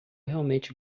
realmente